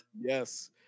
Yes